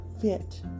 fit